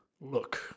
Look